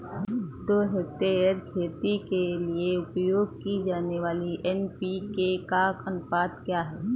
दो हेक्टेयर खेती के लिए उपयोग की जाने वाली एन.पी.के का अनुपात क्या है?